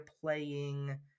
playing